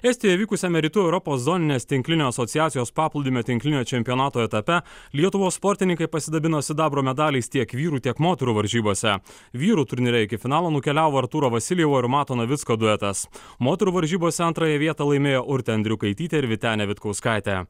estijoje vykusiame rytų europos zoninės tinklinio asociacijos paplūdimio tinklinio čempionato etape lietuvos sportininkai pasidabino sidabro medaliais tiek vyrų tiek moterų varžybose vyrų turnyre iki finalo nukeliavo artūro vasiljevo ir mato navicko duetas moterų varžybose antrąją vietą laimėjo urtė andriukaitytė ir vytenė vitkauskaitė